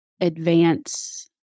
advance